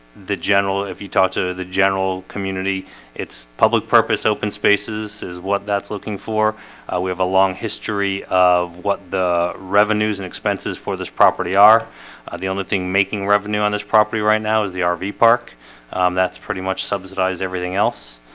the general if you talk to the general community its public purpose open spaces is what that's looking for we have a long history of what the revenues and expenses for this property are are the only thing making revenue on this property right now is the ah rv park that's pretty much subsidized everything else